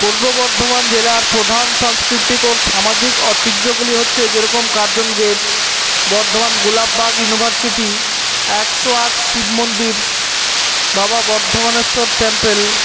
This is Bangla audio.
পূর্ব বর্ধমান জেলার প্রধান সাংস্কৃতিক ও সামাজিক ঐতিহ্যগুলি হচ্ছে যে রকম Curzon gate Bardhaman Golap Bag university একশো আট শিব মন্দির বাবা বর্ধমানেশ্বর টেম্পেল